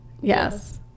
Yes